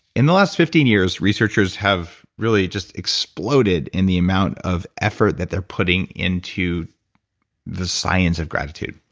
in the last fifteen years, researchers have really just exploded in the amount of effort that they're putting into the science of gratitude.